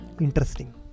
interesting